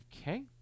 Okay